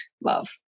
love